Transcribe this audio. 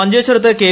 മഞ്ചേശ്വര്ത്ത് K